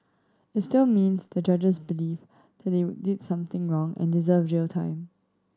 it still means the judges believe that they did something wrong and deserve jail time